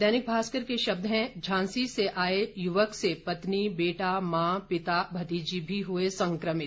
दैनिक भास्कर के शब्द है झांसी से आए य्वक से पत्नी बेटा मां पिता भतीजी भी हुए संक्रमित